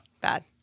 Bad